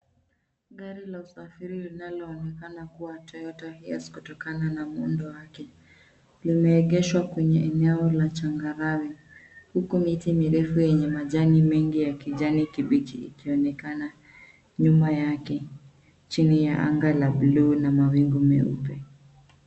Gari la usafiri linaloonekana kuwa Toyota Hiace kutokana na muundo wake. Limeegeshwa kwenye eneo la changarawe huku miti mirefu yenye majani mengi ya kijani kibichi ikionekana nyuma yake chini ya anga la bluu na mawingu meupe.